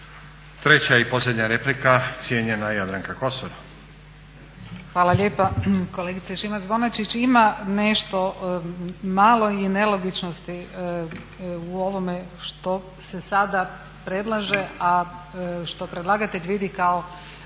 Treća i posljednja replika, cijenjena Jadranka Kosor. **Kosor, Jadranka (Nezavisni)** Hvala lijepa. Kolegice Šimac-Bonačić ima nešto malo i nelogičnosti u ovome što se sada predlaže, a što predlagatelj vidi kao